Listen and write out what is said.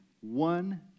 one